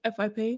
FIP